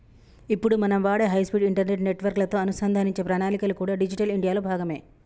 ఇప్పుడు మనం వాడే హై స్పీడ్ ఇంటర్నెట్ నెట్వర్క్ లతో అనుసంధానించే ప్రణాళికలు కూడా డిజిటల్ ఇండియా లో భాగమే